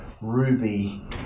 ruby